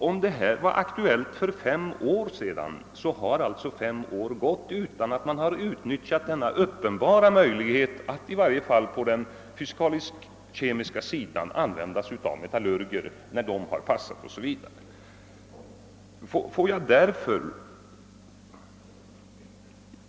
Om denna fråga var aktuell för fem år sedan har alltså fem år gått utan att man har utnyttjat den uppenbara möjligheten att i varje fall på den fysikalisk-kemiska sidan använda sig av metallurger när det har passat 0. s. v.